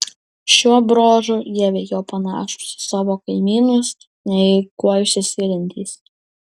šiuo bruožu jie veikiau panašūs į savo kaimynus nei kuo išsiskiriantys